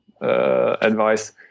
advice